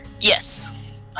Yes